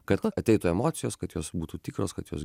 kad ateitų emocijos kad jos būtų tikros kad jos